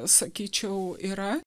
sakyčiau yra